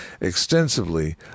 extensively